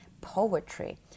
poetry